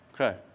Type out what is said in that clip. Okay